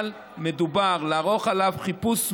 אבל מדובר בלערוך עליו חיפוש מוגבל,